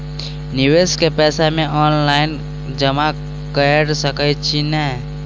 निवेश केँ पैसा मे ऑनलाइन जमा कैर सकै छी नै?